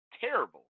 terrible